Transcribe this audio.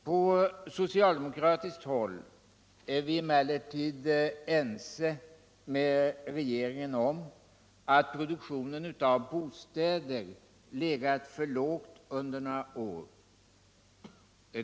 På socialdemokratiskt håll är vi emellertid ense med regeringen om att produktionen av bostäder legat för lågt under några år.